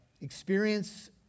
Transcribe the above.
experience